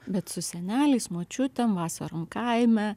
bet su seneliais močiutėm vasarom kaime